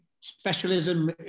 specialism